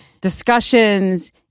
discussions